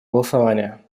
голосование